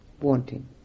wanting